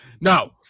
No